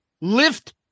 lift